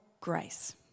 grace